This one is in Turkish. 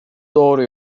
doğru